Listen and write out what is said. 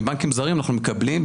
מבנקים זרים אנחנו מקבלים,